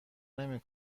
نمی